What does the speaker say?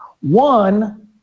One